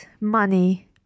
money